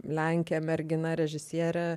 lenkė mergina režisierė